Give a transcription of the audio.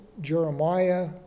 Jeremiah